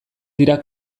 dira